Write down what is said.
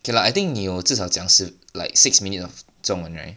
okay lah I think 你有至少讲 like six minute of 中文 right